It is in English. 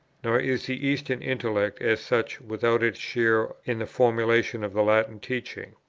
nor is the eastern intellect, as such, without its share in the formation of the latin teaching.